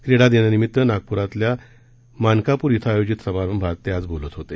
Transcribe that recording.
क्रीडा दिनानिमित नागपूरमधल्या मानकापूर इथं आयोजित समारोहात ते आज बोलत होते